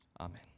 Amen